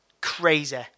crazy